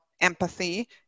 empathy